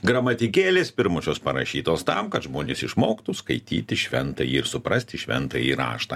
gramatikėlės pirmosios parašytos tam kad žmonės išmoktų skaityti šventąjį ir suprasti šventąjį raštą